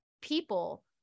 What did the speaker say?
people